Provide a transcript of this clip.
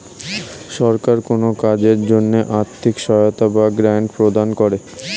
সরকার কোন কাজের জন্য আর্থিক সহায়তা বা গ্র্যান্ট প্রদান করে